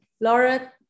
Laura